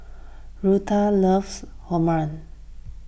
Rutha loves Omurice